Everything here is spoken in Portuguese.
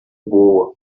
boa